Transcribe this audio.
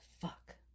fuck